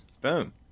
Boom